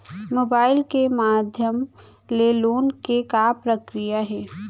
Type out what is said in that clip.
Mobile के माधयम ले लोन के का प्रक्रिया हे?